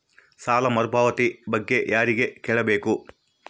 ಸಾಲ ಮರುಪಾವತಿ ಬಗ್ಗೆ ಯಾರಿಗೆ ಕೇಳಬೇಕು?